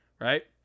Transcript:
Right